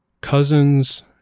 cousins